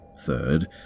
Third